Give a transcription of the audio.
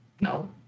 No